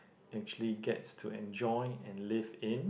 actually gets to enjoy and live in